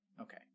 Okay